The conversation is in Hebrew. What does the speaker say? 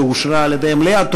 שאושרה על-ידי המליאה,